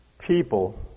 people